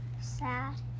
Sad